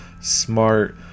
smart